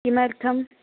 किमर्थं